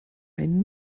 ein